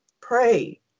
pray